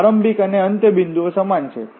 પ્રારંભિક અને અંતિમ બિંદુઓ સમાન છે